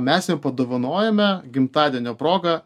mes jiem padovanojame gimtadienio proga